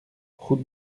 route